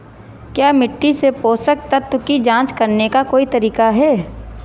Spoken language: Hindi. क्या मिट्टी से पोषक तत्व की जांच करने का कोई तरीका है?